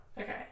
okay